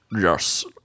Yes